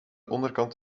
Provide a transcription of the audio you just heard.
onderkant